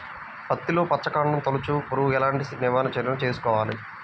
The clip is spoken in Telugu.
పత్తిలో వచ్చుకాండం తొలుచు పురుగుకి ఎలాంటి నివారణ చర్యలు తీసుకోవాలి?